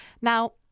Now